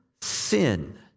sin